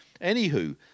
Anywho